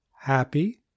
Happy